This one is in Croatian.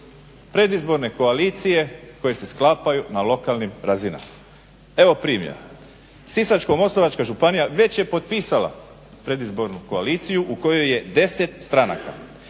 Predizborne koalicije koje se sklapaju na lokalnim razinama. Evo primjera. Sisačko-moslavačka županija već je potpisala predizbornu koaliciju u kojoj je 10 stranaka